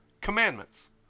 commandments